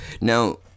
Now